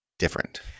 Different